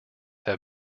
have